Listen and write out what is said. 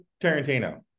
Tarantino